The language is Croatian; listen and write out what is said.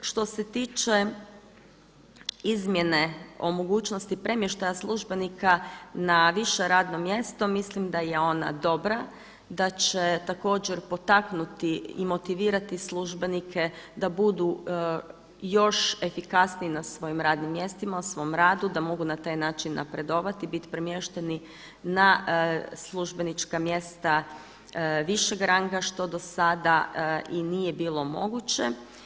Što se tiče izmjene o mogućnosti premještaja službenika na više radno mjesto mislim da je ona dobra, da će također potaknuti i motivirati službenike da budu još efikasniji na svojim radnim mjestima, u svom radu, da mogu na taj način napredovati, bit premješteni na službenička mjesta višeg ranga što do sada nije bilo moguće.